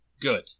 good